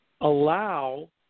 allow